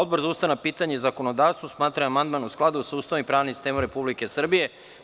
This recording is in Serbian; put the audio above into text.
Odbor za ustavna pitanja i zakonodavstvo smatra da je amandman u skladu sa Ustavom i pravnim sistemom Republike Srbije.